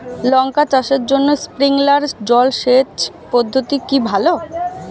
লঙ্কা চাষের জন্য স্প্রিংলার জল সেচ পদ্ধতি কি ভালো?